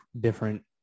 different